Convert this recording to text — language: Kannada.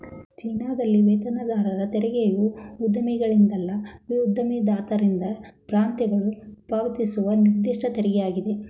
ಚೀನಾದಲ್ಲಿ ವೇತನದಾರರ ತೆರಿಗೆಯು ಉದ್ಯೋಗಿಗಳಿಂದಲ್ಲ ಉದ್ಯೋಗದಾತರಿಂದ ಪ್ರಾಂತ್ಯಗಳು ಪಾವತಿಸುವ ನಿರ್ದಿಷ್ಟ ತೆರಿಗೆಯಾಗಿದೆ